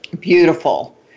Beautiful